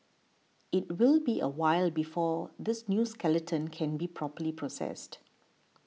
it will be a while before this new skeleton can be properly processed